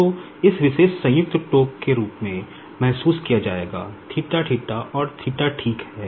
तो इस विशेष जॉइंट टोक़ के रूप में महसूस किया जाएगा और ठीक है